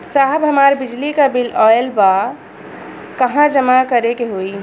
साहब हमार बिजली क बिल ऑयल बा कहाँ जमा करेके होइ?